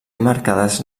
marcades